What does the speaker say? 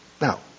Now